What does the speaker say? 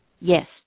Yes